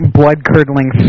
blood-curdling